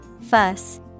Fuss